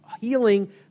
healing